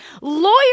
lawyer